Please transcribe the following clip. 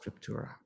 scriptura